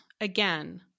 again